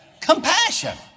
Compassion